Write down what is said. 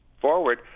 forward